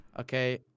okay